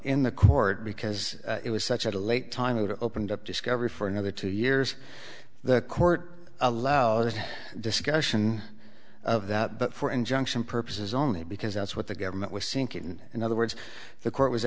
in the court because it was such at a late time that opened up discovery for another two years the court allowed this discussion of that but for injunction purposes only because that's what the government was sinking and in other words the court was